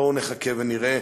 בואו נחכה ונראה,